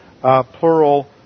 plural